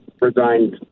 resigned